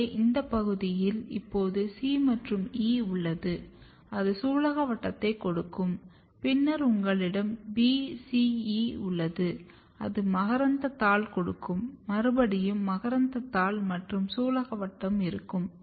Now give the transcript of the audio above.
எனவே இந்த பகுதியில் இப்போது C மற்றும் E உள்ளது அது சூலகவட்டத்தைக் கொடுக்கும் பின்னர் உங்களிடம் B C E உள்ளது அது மகரந்தத்தாள் கொடுக்கும் மறுபடியும் மகரந்தத்தாள் மற்றும் சூலகவட்டம் இருக்கும்